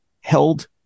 held